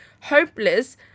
hopeless